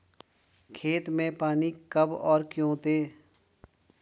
खेत में पानी कब और क्यों दें?